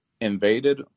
invaded